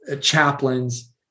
chaplains